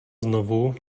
znovu